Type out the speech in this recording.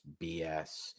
BS